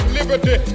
liberty